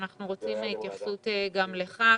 אנחנו רוצים התייחסות גם לכך.